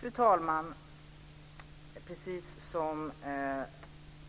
Fru talman! Precis som